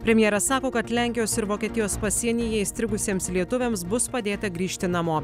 premjeras sako kad lenkijos ir vokietijos pasienyje įstrigusiems lietuviams bus padėta grįžti namo